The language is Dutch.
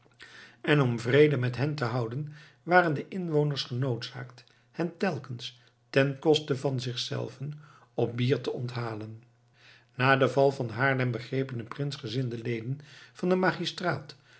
en om vrede met hen te houden waren de inwoners genoodzaakt hen telkens ten koste van zichzelven op bier te onthalen na den val van haarlem begrepen de prinsgezinde leden van den magistraat